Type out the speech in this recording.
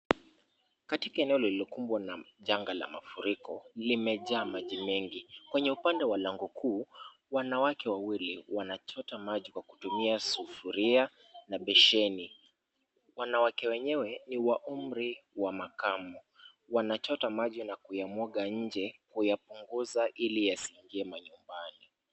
Katika eneo lililokumbwa na janga la mafuriko, ilimeja maji mengi, kwenye upande wa lango kuu, wanawake wawili wanachota maji kwa kutumia sufuria na besheni, wanawake wenyewe ni wa umri wa mahakama, wanachota maji na kuyamwaga nnje, kuyapunguza ili yasingie majumbani.